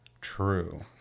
True